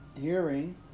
hearing